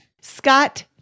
Scott